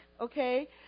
okay